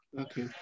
Okay